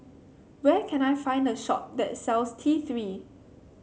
where can I find a shop that sells T Three